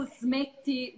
smetti